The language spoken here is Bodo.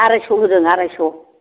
आरायस' होदों आरायस'